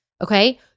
Okay